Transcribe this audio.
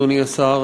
אדוני השר,